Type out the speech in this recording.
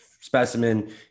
specimen